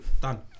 done